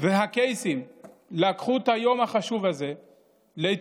הקייסים לקחו את היום החשוב הזה לאתיופיה,